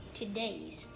today's